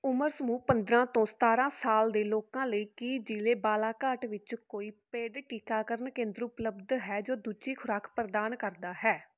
ਉਮਰ ਸਮੂਹ ਪੰਦਰਾਂ ਤੋਂ ਸਤਾਰਾਂ ਸਾਲ ਦੇ ਲੋਕਾਂ ਲਈ ਕੀ ਜ਼ਿਲ੍ਹੇ ਬਾਲਾਘਾਟ ਵਿੱਚ ਕੋਈ ਪੇਡ ਟੀਕਾਕਰਨ ਕੇਂਦਰ ਉਪਲਬਧ ਹੈ ਜੋ ਦੂਜੀ ਖੁਰਾਕ ਪ੍ਰਦਾਨ ਕਰਦਾ ਹੈ